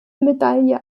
medaille